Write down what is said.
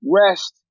rest